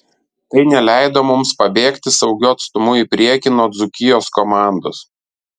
tai neleido mums pabėgti saugiu atstumu į priekį nuo dzūkijos komandos